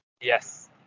Yes